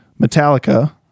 metallica